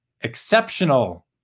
exceptional